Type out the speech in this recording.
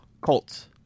colts